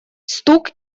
стук